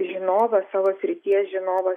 žinovas savo srities žinovas